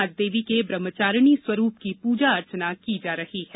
आज देवी के ब्रह्मचारिणी स्वरूप की पूजा अर्चना की जा रही है